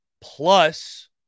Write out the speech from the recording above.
plus